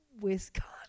Wisconsin